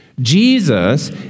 Jesus